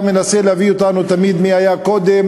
מנסה להביא אותנו אליו תמיד מי היה קודם,